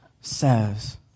says